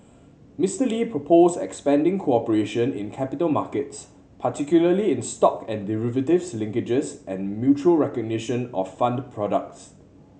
Mister Lee proposed expanding cooperation in capital markets particularly in stock and derivatives linkages and mutual recognition of fund products